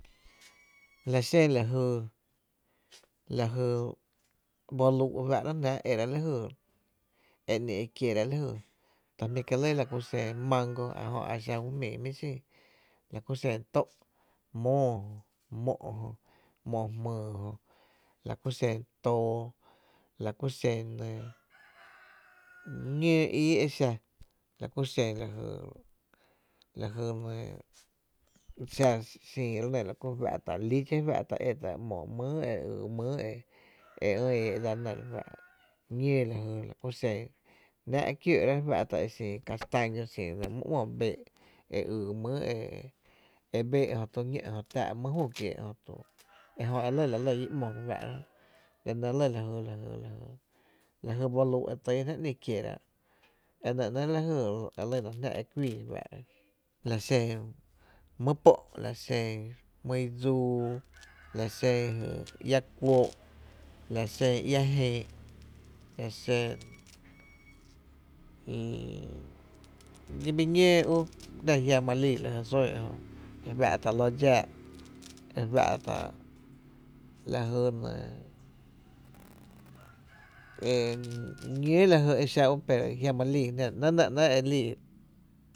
La xen lajay lajy bolüü’ fáá’rá’ jnáá’ e e ráá’ lajy e ‘ni e kierá’ ta jmí’ kie’ lɇ la ku xen mango a exa ju jmíi jmí’ xin, la ku xen tó’, móó, mo’, mo’ jmyy jö, la ku xen too, la ku xen nɇɇ ñóó ii e xa, la kuxen la jy enɇɇ xa xin la kú fá’tá’ liche fá’ta´e tá’ mýyý e mýyý e ÿ’ eé’ dsa re nɇ re fáá’ra, ñóo la jy e jnáá’ kió’rá’ e xin castaña xin dse mó’ my ‘mo bee’ e yy mý e bee’ jö tö ñó’ jö tⱥⱥ’ my jü kiee’ ejö e lɇ e la lɇ i ‘mo re fáá’ra jö e nɇ lɇ la jy la jy bolüü’ e tyy jnáá’ e kieraá’, enɇ ‘nɇɇ’ lajy elyna jná ekuii re fá’ra laxen my pó’. xen my i dsuu, la xen jy iá kuóo’ la xen iá jïi, la xen li bi ñóó ú jná jiama lii lajy sún ejö e fa´ta’ loo dxáá’ e fa´ta’ lajy nɇɇ e ñóo la jy e xa u pero jiama lii jná, la ‘nɇɇ’ e nɇ ‘néɇ e lii.